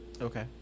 Okay